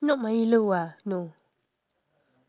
not milo ah no